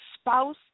spouse